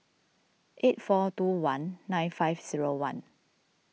eight four two one nine five zero one